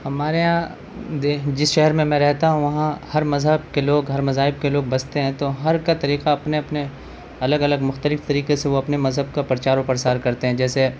ہمارے یہاں جس شہر میں میں رہتا ہوں وہاں ہر مذہب کے لوگ ہر مذاہب کے لوگ بستے ہیں تو ہر کا طریقہ اپنے اپنے الگ الگ مختلف طریقے سے وہ اپنے مذہب کا پرچار و پرسار کرتے ہیں جیسے